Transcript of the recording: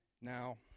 Now